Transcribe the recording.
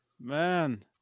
Man